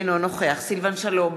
אינו נוכח סילבן שלום,